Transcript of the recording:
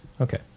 Okay